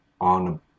on